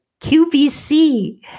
QVC